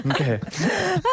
Okay